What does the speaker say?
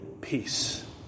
peace